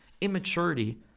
immaturity